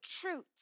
truth